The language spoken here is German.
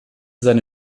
seine